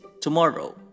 tomorrow